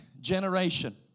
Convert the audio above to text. generation